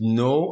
no